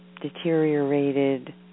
deteriorated